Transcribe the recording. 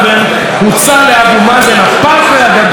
הפרטנר הגדול של חברת הכנסת לבני,